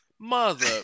Mother